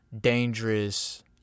dangerous